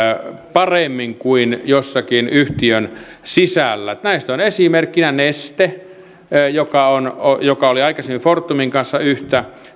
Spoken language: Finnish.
paremmin kuin jossakin yhtiön sisällä näistä on esimerkkinä neste joka oli aikaisemmin fortumin kanssa yhtä on